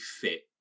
fit